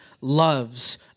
loves